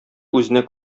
үзенә